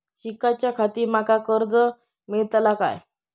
शिकाच्याखाती माका कर्ज मेलतळा काय?